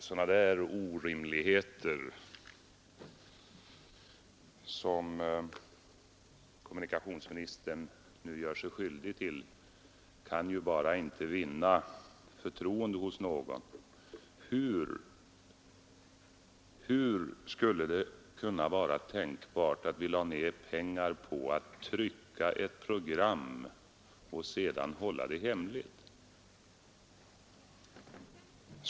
Sådana orimligheter som kommunikationsministern nu gör sig skyldig till kan ju inte vinna förtroende hos någon. Hur skulle det vara tänkbart att vi lade ner pengar på att trycka ett program för att sedan hålla det hemligt?